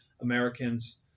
Americans